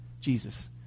Jesus